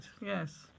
yes